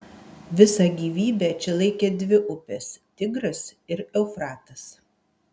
visą gyvybę čia laikė dvi upės tigras ir eufratas